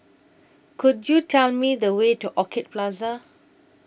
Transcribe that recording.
Could YOU Tell Me The Way to Orchid Plaza